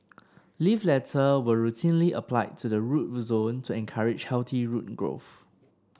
leaf litter was routinely applied to the root zone to encourage healthy root growth